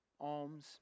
alms